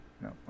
No